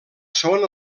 són